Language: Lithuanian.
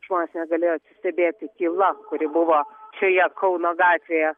žmonės negalėjo atsistebėti tyla kuri buvo šioje kauno gatvėje